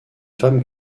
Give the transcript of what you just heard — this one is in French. femme